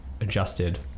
adjusted